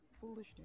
foolishness